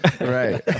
Right